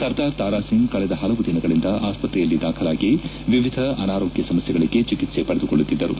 ಸರ್ದಾರ್ ತಾರಾಸಿಂಗ್ ಕಳೆದ ಹಲವು ದಿನಗಳಿಂದ ಆಸ್ತ್ರೆಯಲ್ಲಿ ದಾಖಲಾಗಿ ವಿವಿಧ ಅನಾರೋಗ್ನ ಸಮಸ್ನೆಗಳಿಗೆ ಚಿಕಿತ್ಸೆ ಪಡೆದುಕೊಳ್ಳುತ್ತಿದ್ದರು